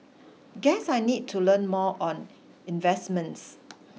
guess I need to learn more on investments